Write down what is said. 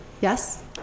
Yes